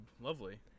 lovely